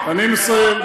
אני מסיים.